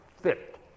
fit